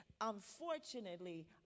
unfortunately